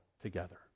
together